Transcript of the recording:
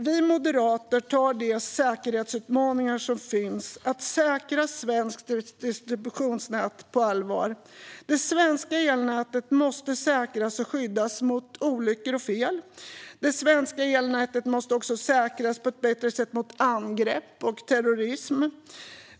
Vi moderater tar de säkerhetsutmaningar som finns att säkra svenskt distributionsnät på allvar. Det svenska elnätet måste säkras och skyddas mot olyckor och fel. Det svenska elnätet måste också säkras på ett bättre sätt mot angrepp och terrorism.